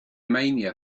mania